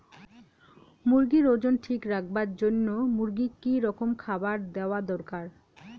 মুরগির ওজন ঠিক রাখবার জইন্যে মূর্গিক কি রকম খাবার দেওয়া দরকার?